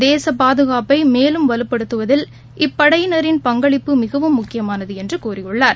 தேச பாதுகாப்பை மேலும் வலுப்படுத்துவதில் இப்படையினரின் பங்களிப்பு மிகவும் முக்கியமானது என்று கூறியுள்ளார்